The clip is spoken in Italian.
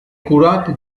curati